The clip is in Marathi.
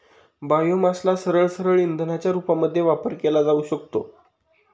बायोमासला सरळसरळ इंधनाच्या रूपामध्ये वापर केला जाऊ शकतो